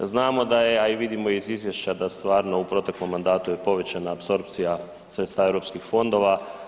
Znamo da je, a i vidimo iz izvješća da stvarno u proteklom mandatu je povećana apsorpcija sredstava EU fondova.